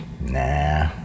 Nah